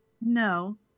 No